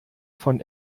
von